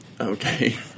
Okay